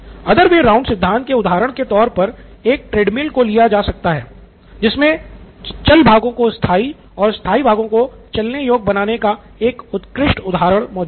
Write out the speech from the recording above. other way round सिद्धांत के उदाहरण के तौर पर एक ट्रेडमिल को लिया जा सकता है जिसमे चल भागों को स्थायी और स्थायी भागों को चलने योग्य बनाने का एक उत्कृष्ट उदाहरण मौजूद है